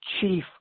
chief